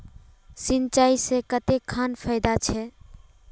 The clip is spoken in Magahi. सिंचाई से कते खान फायदा छै?